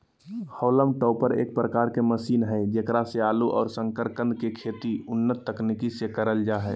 haulm topper एक प्रकार के मशीन हई जेकरा से आलू और सकरकंद के खेती उन्नत तकनीक से करल जा हई